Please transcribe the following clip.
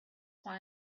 why